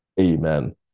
Amen